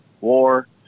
War